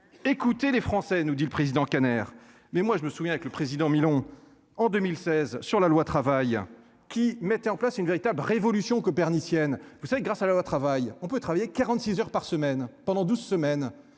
Écoutez les Français nous dit le président Kader mais moi je me souviens avec le président mi-longs en 2016 sur la loi travail qui mettait en place une véritable révolution copernicienne. Vous savez, grâce à la loi travail, on peut travailler 46 heures par semaine pendant 12 semaines.